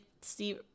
Steve